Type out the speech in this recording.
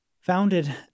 founded